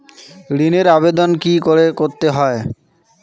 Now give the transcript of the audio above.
ঋণের আবেদন কি করে করতে হয়?